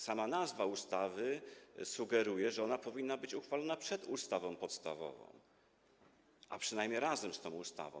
Sama nazwa ustawy sugeruje, że ona powinna być uchwalona przed ustawą podstawową, a przynajmniej razem z tą ustawą.